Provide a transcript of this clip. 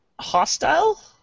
hostile